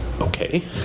Okay